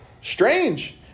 strange